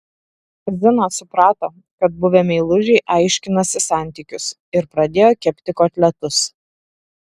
zina suprato kad buvę meilužiai aiškinasi santykius ir pradėjo kepti kotletus